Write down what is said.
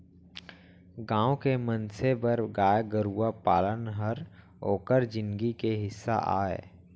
गॉँव के मनसे बर गाय गरूवा पालन हर ओकर जिनगी के हिस्सा अय